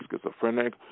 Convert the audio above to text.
schizophrenic